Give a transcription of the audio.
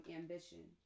ambition